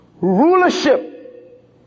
rulership